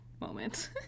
moment